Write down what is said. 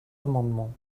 amendement